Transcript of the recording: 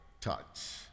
touch